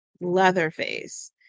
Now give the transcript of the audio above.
leatherface